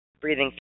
breathing